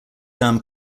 term